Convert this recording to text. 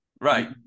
right